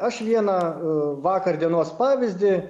aš vieną vakar dienos pavyzdį